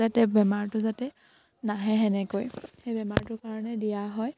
যাতে বেমাৰটো যাতে নাহে সেনেকৈ সেই বেমাৰটোৰ কাৰণে দিয়া হয়